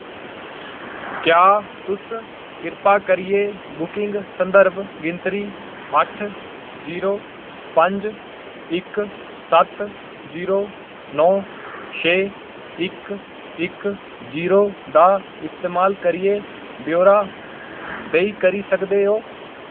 क्या तुस किरपा करियै बुकिंग संदर्भ गिनतरी अट्ठ जीरो पंज इक सत्त जीरो नौ छेऽ इक इक जीरो दा इस्तेमाल करियै ब्यौरा देई करी सकदे ओ